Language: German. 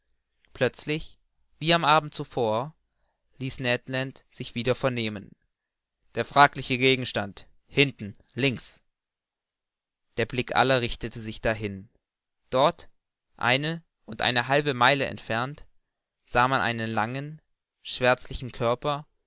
plötzlich wie am abend zuvor ließ ned land sich wieder vernehmen der fragliche gegenstand hinten links die blicke aller richteten sich dahin dort eine und eine halbe meile entfernt sah man einen langen schwärzlichen körper